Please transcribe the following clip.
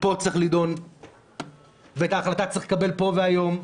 פה צריך לדון ואת ההחלטה צריך לקבל כאן והיום.